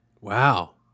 Wow